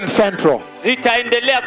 central